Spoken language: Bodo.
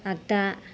आग्दा